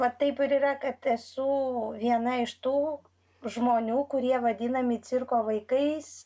va taip ir yra kad esu viena iš tų žmonių kurie vadinami cirko vaikais